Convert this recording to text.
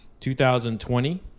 2020